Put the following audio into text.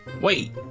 Wait